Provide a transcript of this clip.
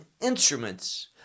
instruments